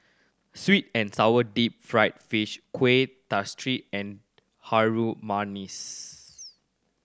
sweet and sour deep fried fish Kueh Kasturi and Harum Manis